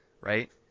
right